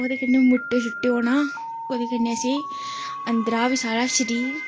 ओह्दे कन्नै मुट्टे शूट्टे होना ओह्दे कन्नै असें ई अंदरा बी साढ़ा शरीर